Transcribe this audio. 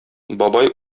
бабай